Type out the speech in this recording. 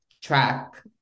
track